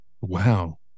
Wow